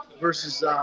versus